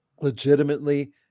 legitimately